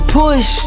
push